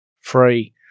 free